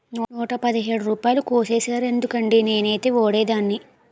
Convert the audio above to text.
నూట పదిహేడు రూపాయలు కోసీసేరెందుకండి నేనేటీ వోడనేదే